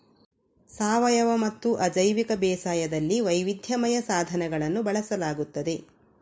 ಸಾವಯವಮತ್ತು ಅಜೈವಿಕ ಬೇಸಾಯದಲ್ಲಿ ವೈವಿಧ್ಯಮಯ ಸಾಧನಗಳನ್ನು ಬಳಸಲಾಗುತ್ತದೆ